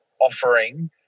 offering